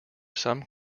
some